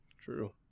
true